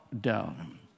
down